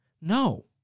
No